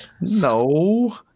No